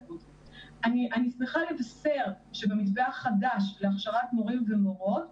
שמחה לבשר שבמתווה החדש להכשרת מורים ומורות,